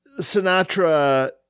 Sinatra